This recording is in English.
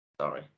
Sorry